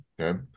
okay